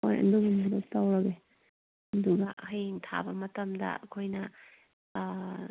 ꯍꯣꯏ ꯑꯗꯨꯒꯨꯝꯕꯗꯣ ꯇꯧꯔꯒꯦ ꯑꯗꯨꯒ ꯍꯌꯦꯡ ꯊꯥꯕ ꯃꯇꯝꯗ ꯑꯩꯈꯣꯏꯅ